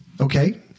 Okay